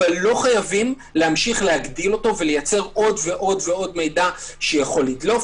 אבל לא חייבים להמשיך להגדיל אותו ולייצר עוד מידע שיכול לדלוף,